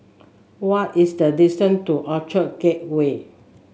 what is the distant to Orchard Gateway